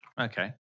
Okay